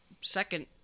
Second